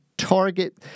target